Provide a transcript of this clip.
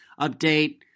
update